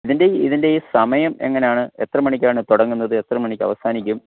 ഇതിൻ്റെ ഈ ഇതിൻ്റെ ഈ സമയം എങ്ങനെയാണ് എത്രമണിക്കാണ് തുടങ്ങുന്നത് എത്രമണിക്ക് അവസാനിക്കും